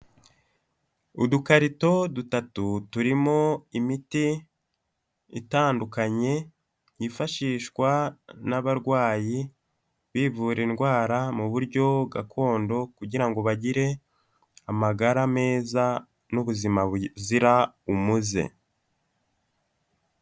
Udukarito dutatu turimo imiti itandukanye, yifashishwa n'abarwayi bivura indwara mu buryo gakondo kugira ngo bagire amagara meza n'ubuzima buzira umuze.